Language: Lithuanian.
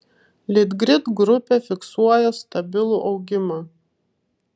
litgrid grupė fiksuoja stabilų augimą